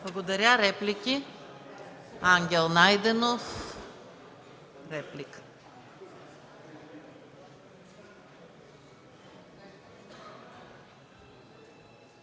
Благодаря. Реплики? Ангел Найденов – реплика.